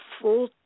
full